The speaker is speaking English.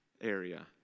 area